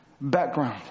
background